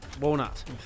Walnut